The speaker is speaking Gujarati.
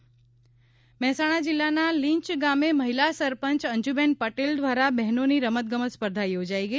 મહેસાણા રમતગમત સ્પર્ધા મહેસાણા જિલ્લાના લીંચ ગામે મહિલા સરપંચ અંજૂબેન પટેલ દ્વારા બહેનોની રમતગમત સ્પર્ધા યોજાઇ ગઇ